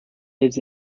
lives